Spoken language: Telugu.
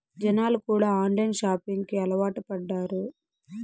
జనాలు కూడా ఆన్లైన్ షాపింగ్ కి అలవాటు పడ్డారు